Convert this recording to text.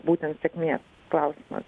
būtent sėkmės klausimas